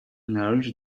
nourish